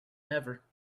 never